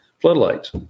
floodlights